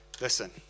Listen